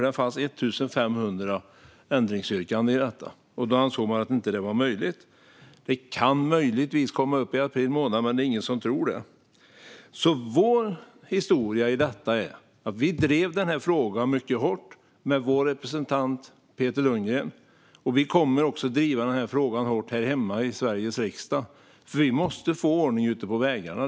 Det fanns nämligen 1 500 ändringsyrkanden i det. Då ansåg man att det inte var möjligt att behandla. Ärendet kan möjligtvis komma upp i april. Men det är ingen som tror det. Vår historia i detta är alltså att vi har drivit frågan mycket hårt genom vår representant, Peter Lundgren. Vi kommer också att driva frågan hårt här hemma i Sveriges riksdag. Vi måste få ordning ute på vägarna.